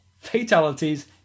fatalities